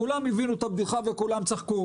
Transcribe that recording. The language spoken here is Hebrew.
כולם הבינו את הבדיחה וכולם תחקו